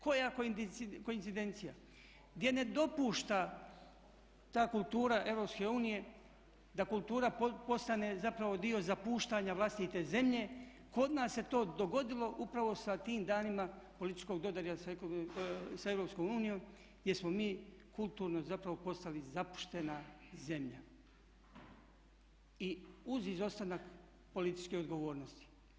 Koja koincidencija, gdje ne dopušta ta kultura EU da kultura postane zapravo dio zapuštanja vlastite zemlje, kod nas se to dogodilo upravo sa tim danima političkog dodira sa EU gdje smo mi kulturno zapravo postali napuštena zemlja i uz izostanak političke odgovornosti.